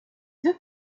deux